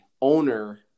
owner